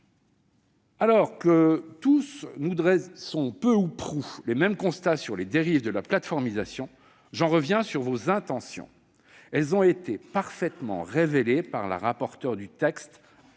Alors que nous dressons tous peu ou prou les mêmes constats sur les dérives de la plateformisation, je reviens sur vos intentions. Elles ont été parfaitement révélées par la rapporteure du texte